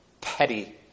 petty